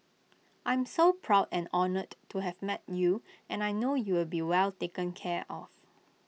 I'm so proud and honoured to have met you and I know you'll be well taken care of